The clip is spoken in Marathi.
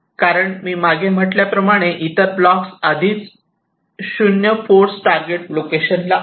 कारण मी मागे म्हटल्याप्रमाणे इतर ब्लॉक्स आधीच 0 फोर्स टारगेट लोकेशन ला आहे